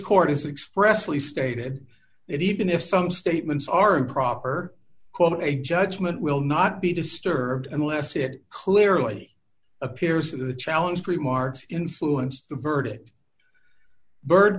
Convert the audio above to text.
court is expressively stated that even if some statements are improper quote a judgment will not be disturbed unless it clearly appears that the challenge remarks influenced the verdict byrd